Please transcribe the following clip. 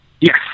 Yes